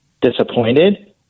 disappointed